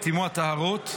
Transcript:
וטימאו הטהרות,